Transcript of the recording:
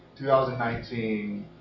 2019